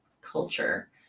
culture